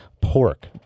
pork